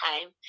time